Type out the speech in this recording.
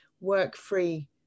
work-free